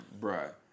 bruh